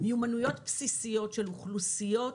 מיומנויות בסיסיות של אוכלוסיות,